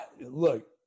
look